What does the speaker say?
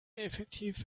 effektiv